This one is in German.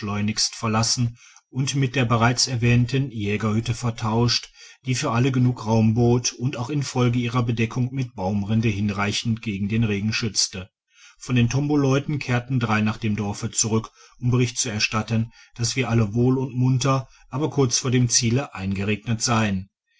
schleunigst verlassen und mit der bereits erwähnten jägerhtitte vertauscht die für alle genügend raum bot und auch infolge ihrer bedeckung mit baumrinde hinreichend gegen den regen schützte von den tomboleuten kehrten drei nach dem dorfe zurück um bericht zu erstatten dass wir alle wohl und munter aber kurz vor dem ziele eingeregnet seien